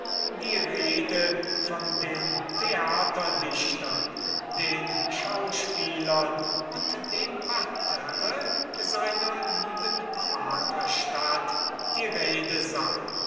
die rede von den theaterdichtern den schauspielern und dem parterre seiner lieben vaterstadt die rede sei